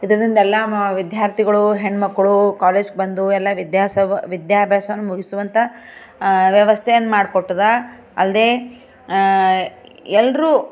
ಇದರಿಂದ ಎಲ್ಲ ಮ ವಿದ್ಯಾರ್ಥಿಗಳು ಹೆಣ್ಣು ಮಕ್ಳು ಕಾಲೇಜ್ಗೆ ಬಂದು ಎಲ್ಲ ವಿದ್ಯಾಸ ವಿದ್ಯಾಭ್ಯಾಸವನ್ನು ಮುಗಿಸುವಂಥ ವ್ಯವಸ್ಥೆಯನ್ನು ಮಾಡ್ಕೊಟ್ಟದ ಅಲ್ಲದೆ ಎಲ್ಲರೂ